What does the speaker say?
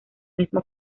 mismo